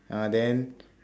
ah then